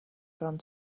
gone